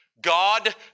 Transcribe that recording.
God